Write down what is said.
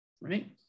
Right